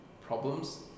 problems